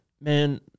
Man